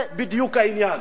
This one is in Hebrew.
זה בדיוק העניין.